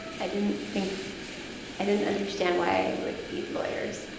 i didn't think i didn't understand why i would need lawyers,